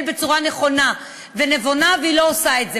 בצורה נכונה ונבונה והיא לא עושה את זה.